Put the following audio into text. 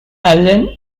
allen